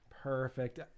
Perfect